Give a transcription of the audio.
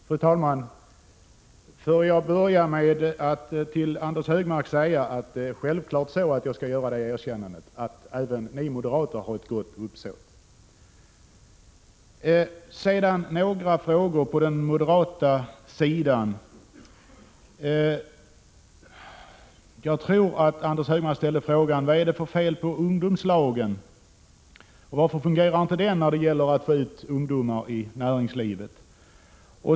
Fru talman! Får jag börja med att till Anders G Högmark säga att jag självfallet skall erkänna att även ni moderater har ett gott uppsåt. Sedan några frågor när det gäller den moderata sidan. Jag tror att Anders G Högmark undrade: Vad är det för fel på ungdomslagen? Varför fungerar inte den metoden när det gäller att få ut ungdomar i näringslivet?